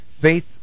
Faith